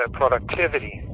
productivity